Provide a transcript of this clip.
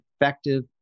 effective